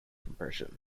compression